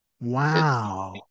Wow